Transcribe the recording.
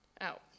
out